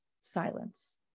Silence